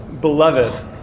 Beloved